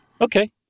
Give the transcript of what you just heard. Okay